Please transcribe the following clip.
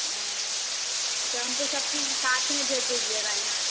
हाँ अच्छा हमको सब चीज़ साथ में भेज दीजिएगा यहाँ